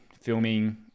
filming